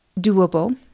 doable